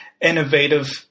innovative